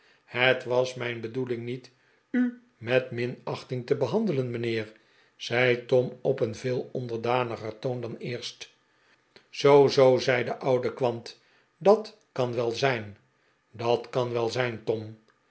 het was mijn bedoeling niet u met minachting te behandelen mijnheer zei tom op een veel onderdaniger toon dan eerst oo zoo zei de oude kwant dat kan wel zijn dat kan wel zijn tom